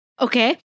okay